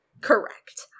Correct